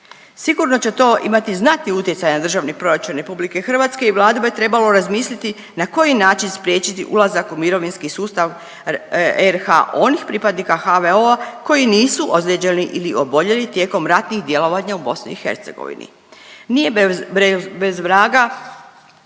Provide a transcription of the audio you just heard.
Sigurno će to imati znatni utjecaj na Državni proračun RH i Vlada bi trebala razmisliti na koji način spriječiti ulazak u mirovinski sustav RH onih pripadnika HVO-a koji nisu ozljeđeni ili oboljeli tijekom ratnih djelovanja u BiH. Nije bez vraga